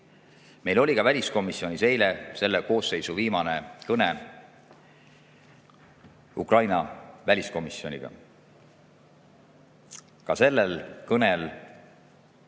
Meil oli väliskomisjonis eile selle koosseisu viimane kõne Ukraina väliskomisjoniga. Ka selles kõnes